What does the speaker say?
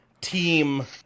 team